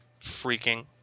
Freaking